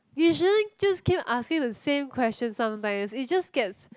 you shouldn't just keep asking the same question sometimes it just gets